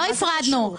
לא הפרדנו.